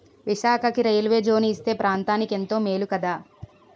విశాఖకి railway zone ఇస్తే ఈ ప్రాంతనికెంతో మేలు కదా